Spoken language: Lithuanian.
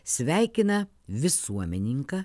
sveikina visuomenininką